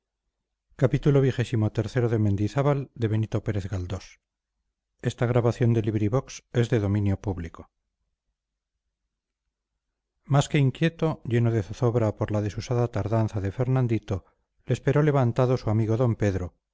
más que inquieto lleno de zozobra por la desusada tardanza de fernandito le esperó levantado su amigo d pedro